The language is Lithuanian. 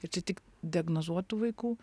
ir čia tik diagnozuotų vaikų